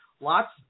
lots